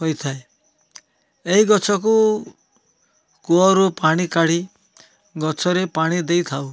ହୋଇଥାଏ ଏଇ ଗଛକୁ କୂଅରୁ ପାଣି କାଢ଼ି ଗଛରେ ପାଣି ଦେଇଥାଉ